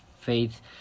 faith